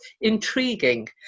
intriguing